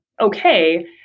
okay